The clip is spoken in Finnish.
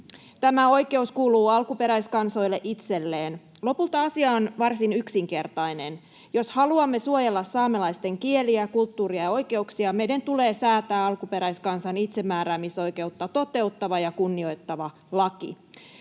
Tämä oikeus kuuluu alkuperäiskansoille itselleen. Lopulta asia on varsin yksinkertainen: jos haluamme suojella saamelaisten kieliä, kulttuuria ja oikeuksia, meidän tulee säätää alkuperäiskansan itsemääräämisoikeutta toteuttava ja kunnioittava laki.